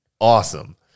awesome